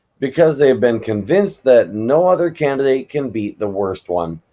because the have been convinced that no other candidate can beat the worst one.